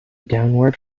downward